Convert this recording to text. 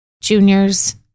juniors